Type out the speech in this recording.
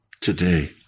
Today